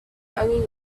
hanging